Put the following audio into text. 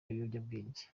ibiyobyabwenge